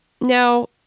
Now